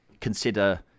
consider